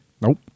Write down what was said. Nope